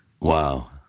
Wow